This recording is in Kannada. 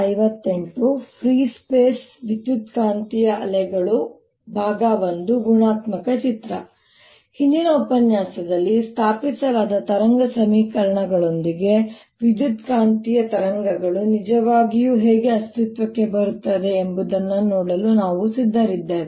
ಫ್ರೀ ಸ್ಪೇಸ್ ವಿದ್ಯುತ್ಕಾಂತೀಯ ಅಲೆಗಳು I ಗುಣಾತ್ಮಕ ಚಿತ್ರ ಹಿಂದಿನ ಉಪನ್ಯಾಸದಲ್ಲಿ ಸ್ಥಾಪಿಸಲಾದ ತರಂಗ ಸಮೀಕರಣಗಳೊಂದಿಗೆ ವಿದ್ಯುತ್ಕಾಂತೀಯ ಅಲೆಗಳು ನಿಜವಾಗಿ ಹೇಗೆ ಅಸ್ತಿತ್ವಕ್ಕೆ ಬರುತ್ತವೆ ಎಂಬುದನ್ನು ನೋಡಲು ನಾವು ಈಗ ಸಿದ್ಧರಿದ್ದೇವೆ